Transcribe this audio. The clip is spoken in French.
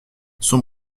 son